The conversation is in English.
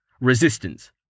Resistance